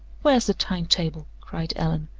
where's the time-table? cried allan.